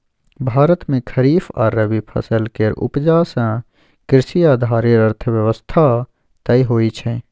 भारत मे खरीफ आ रबी फसल केर उपजा सँ कृषि आधारित अर्थव्यवस्था तय होइ छै